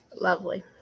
Lovely